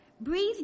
Breathe